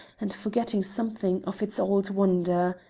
and forgetting something of its old wonder.